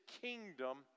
kingdom